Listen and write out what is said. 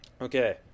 Okay